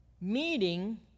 Meeting